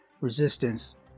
resistance